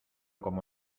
como